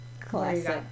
Classic